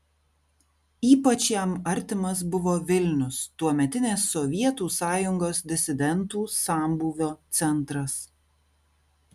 ypač jam artimas buvo vilnius tuometinės sovietų sąjungos disidentų sambūvio centras